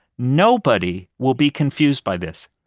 nobody will be confused by this.